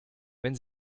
wenn